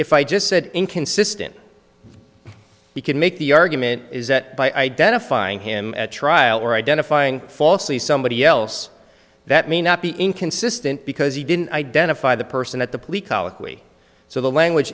if i just said inconsistent you could make the argument is that by identifying him at trial or identifying falsely somebody else that may not be inconsistent because he didn't identify the person at the